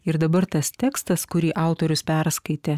ir dabar tas tekstas kurį autorius perskaitė